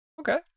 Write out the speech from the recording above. Okay